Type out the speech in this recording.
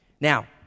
Now